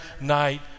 night